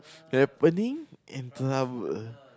happening and trouble